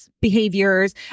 behaviors